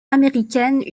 américaine